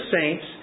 saints